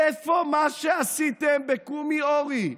איפה מה שעשיתם בקומי אורי?